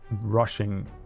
rushing